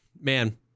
Man